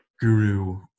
guru